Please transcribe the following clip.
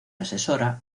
asesora